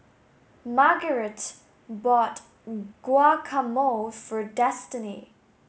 Margarite bought Guacamole for Destini